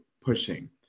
pushing